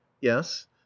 yes